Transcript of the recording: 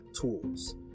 tools